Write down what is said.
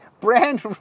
Brand